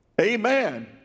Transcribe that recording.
Amen